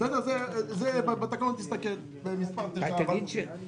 אנשי רשות המסים,